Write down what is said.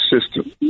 system